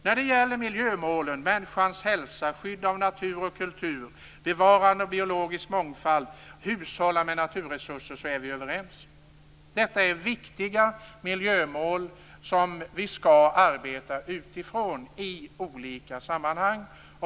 När det gäller miljömålen, människans hälsa, skydd av natur och kultur, bevarande av biologisk mångfald och hushållning av naturresurser, är vi överens. Detta är viktiga miljömål som vi skall arbeta utifrån i olika sammanhang.